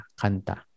kanta